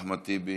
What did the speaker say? אחמד טיבי,